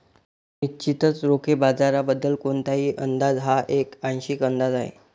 निश्चितच रोखे बाजाराबद्दल कोणताही अंदाज हा एक आंशिक अंदाज आहे